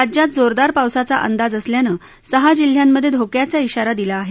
राज्यात जोरदार पावसाचा अंदाज असल्यानं सहा जिल्ह्यांमधे धोक्याचा इशारा दिला आहे